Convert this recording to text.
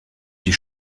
die